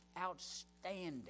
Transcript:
outstanding